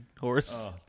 horse